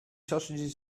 sausages